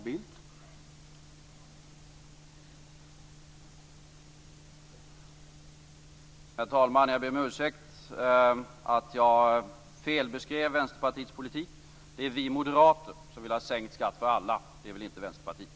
Herr talman! Jag ber om ursäkt för att jag beskrev Vänsterpartiets politik fel. Det är vi moderater som vill ha sänkt skatt för alla, inte Vänsterpartiet.